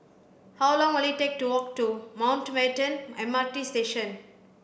how long will it take to walk to Mountbatten M R T Station